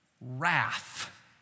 wrath